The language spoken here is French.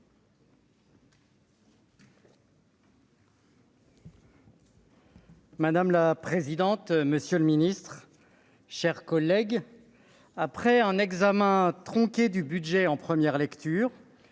Madame la présidente, monsieur le ministre, mes chers collègues, après un examen tronqué du budget en première lecture,